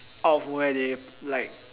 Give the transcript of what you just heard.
out of nowhere they like